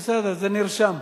בסדר, זה נרשם.